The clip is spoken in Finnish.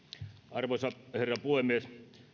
arvoisa herra puhemies